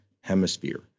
hemisphere